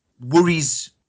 worries